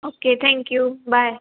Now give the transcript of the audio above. okay thank you bye